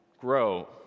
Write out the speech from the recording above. grow